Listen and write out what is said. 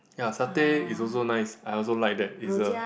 ya satay is also nice I also like that is a